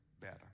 better